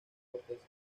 corteza